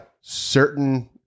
certain